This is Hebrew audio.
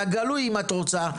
והגלוי אם את רוצה,